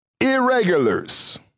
irregulars